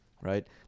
right